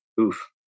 Oof